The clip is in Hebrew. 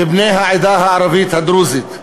מבני העדה הערבית הדרוזית,